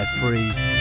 freeze